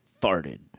farted